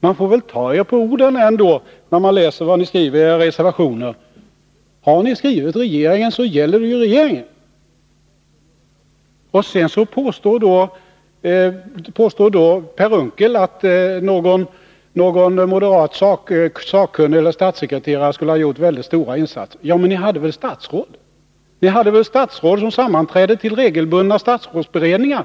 Man får väl ändå ta er på orden när man läser vad ni skriver i era reservationer. Har ni angivit att kritiken gäller regeringen, så gäller den ju regeringen! Sedan påstår Per Unckel att någon moderat sakkunnig eller statssekreterare här skulle ha gjort stora insatser. Men ni hade väl statsråd! Ni hade väl statsråd som regelbundet sammanträdde i statsrådsberedningar?